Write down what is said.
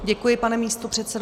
Děkuji, pane místopředsedo.